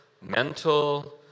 mental